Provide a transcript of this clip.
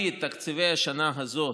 הייתה להביא את תקציבי השנה הזאת,